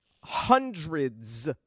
hundreds